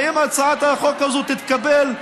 אם הצעת החוק הזאת תתקבל,